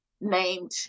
named